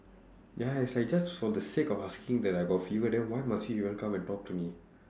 ya it's like just for the sake of asking that I got fever then why must you even come to talk to me